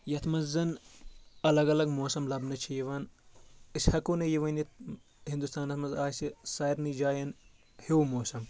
یتھ منٛز زن الگ الگ موسم لبنہٕ چھِ یِوان أسۍ ہؠکو نہٕ یہِ ؤنِتھ ہندوستانس منٛز آسہِ سارنٕے جایَن ہیوٚو موسم